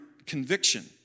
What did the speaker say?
conviction